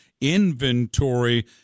inventory